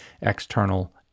external